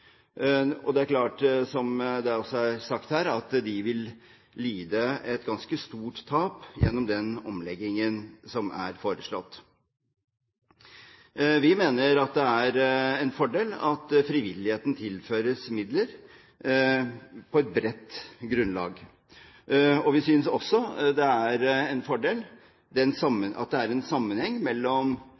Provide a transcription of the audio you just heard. tippenøkkelen. Det er klart, som det også er sagt her, at de vil lide et ganske stort tap gjennom den omleggingen som er foreslått. Vi mener at det er en fordel at frivilligheten tilføres midler på et bredt grunnlag. Vi synes også det er en fordel at det er en sammenheng mellom